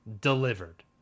delivered